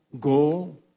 goal